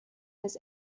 was